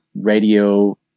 radio